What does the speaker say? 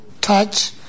touch